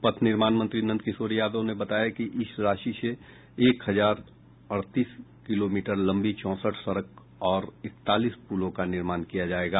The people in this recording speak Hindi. पथ निर्माण मंत्री नंद किशोर यादव ने बताया है कि इस राशि से एक हजार अड़तीस किलोमीटर लम्बी चौंसठ सड़क और इकतालीस पुलों का निर्माण किया जायेगा